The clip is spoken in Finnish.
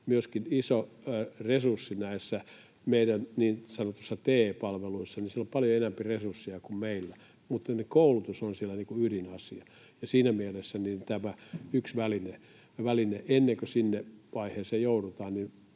myöskin iso resurssi näissä meidän niin sanotuissa TE-palveluissa. Siellä on paljon enempi resursseja kuin meillä, mutta se koulutus on siellä ydinasia. Siinä mielessä tämä on yksi väline ennen kuin siihen vaiheeseen joudutaan,